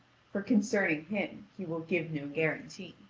for concerning him he will give no guarantee.